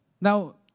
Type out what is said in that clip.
Now